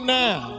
now